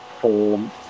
form